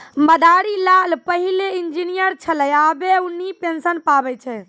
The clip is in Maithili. मदारी लाल पहिलै इंजीनियर छेलै आबे उन्हीं पेंशन पावै छै